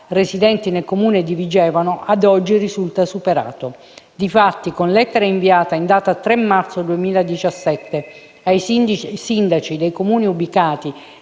residenti nel Comune di Vigevano, ad oggi risulta superato. Difatti, con lettera inviata in data 3 marzo 2017 ai sindaci dei Comuni ubicati